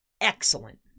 excellent